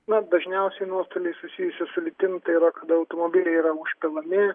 na dažniausiai nuostuoliai susijusi su liūtim tai yra kada automobiliai yra užpilami